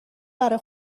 برای